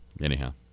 Anyhow